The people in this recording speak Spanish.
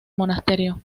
monasterio